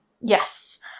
Yes